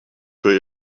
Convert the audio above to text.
für